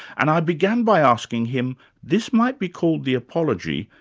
and i began by asking him this might be called the apology,